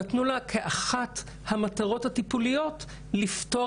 נתנו לה כאחת המטרות הטיפוליות לפתור